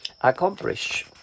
Accomplish